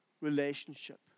relationship